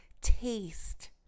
taste